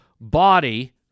body